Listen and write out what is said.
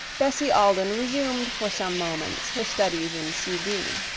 bessie alden resumed for some moments her studies in sea green.